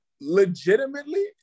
legitimately